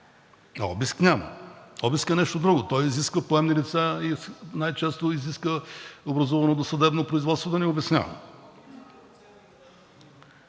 но обиск няма. Обискът е нещо друго. Той изисква поемни лица, най-често изисква образувано досъдебно производство – да не обяснявам.